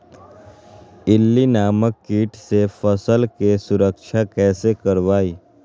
इल्ली नामक किट से फसल के सुरक्षा कैसे करवाईं?